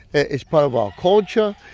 it's part of our culture.